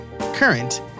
current